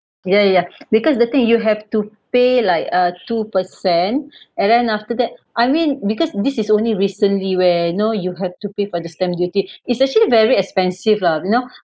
ya ya because the thing you have to pay like uh two percent and then after that I mean because this is only recently where you know you had to pay for the stamp duty it's actually very expensive lah you know